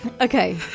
Okay